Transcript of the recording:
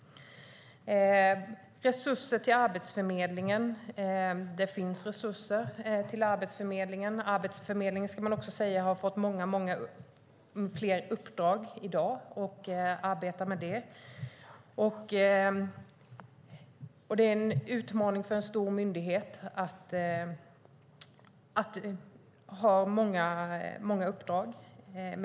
Det finns resurser till Arbetsförmedlingen. Arbetsförmedlingen har i dag fler uppdrag. Det är en utmaning för en stor myndighet att ha många uppdrag.